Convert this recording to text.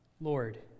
Lord